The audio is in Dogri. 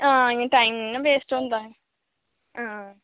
हां इ'यां टाईम निं ना वेस्ट होंदा ऐ हां